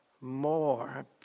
more